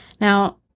Now